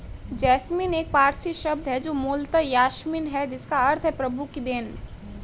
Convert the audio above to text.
jasmine एक पारसी शब्द है जो मूलतः यासमीन है जिसका अर्थ है प्रभु की देन